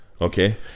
okay